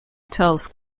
tells